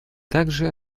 также